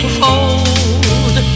hold